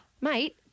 Mate